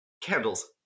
candles